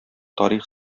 тарих